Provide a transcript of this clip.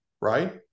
right